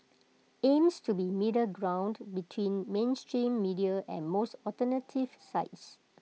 aims to be A middle ground between mainstream media and most alternative sites